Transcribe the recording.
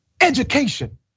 education